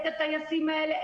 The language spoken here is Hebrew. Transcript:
את הטייסים האלה,